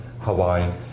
Hawaii